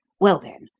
well then,